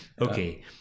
Okay